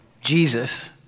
Jesus